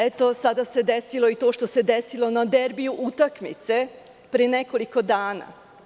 Eto sada se desilo i to što se desilo na derbiju utakmice pre nekoliko dana.